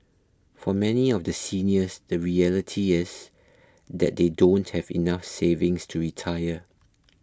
for many of the seniors the reality is that they don't have enough savings to retire